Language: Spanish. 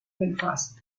belfast